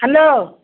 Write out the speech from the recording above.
hello